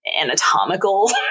anatomical